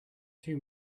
two